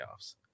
playoffs